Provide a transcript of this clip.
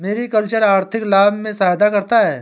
mariculture आर्थिक लाभ में सहायता करता है